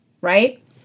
right